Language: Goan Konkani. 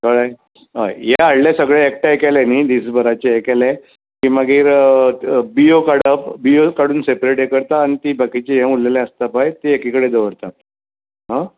कळ्ळें हय हें हाडलें सगळें एकठांय केलें न्ही दिसभराचे हें केलें की मागीर बिंयो काडप बिंयो काडून सॅपरेट हें करता आनी तीं बाकिचीं हें उरलेलीं आसतात पळय तीं एके कडेन दवरतात आं